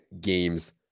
games